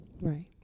Right